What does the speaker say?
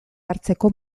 hartzeko